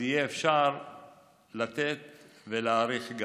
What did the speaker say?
יהיה אפשר לתת וגם להאריך.